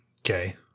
Okay